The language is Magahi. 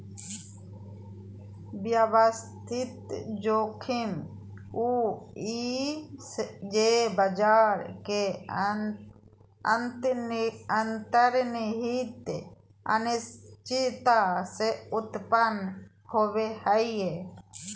व्यवस्थित जोखिम उ हइ जे बाजार के अंतर्निहित अनिश्चितता से उत्पन्न होवो हइ